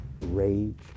rage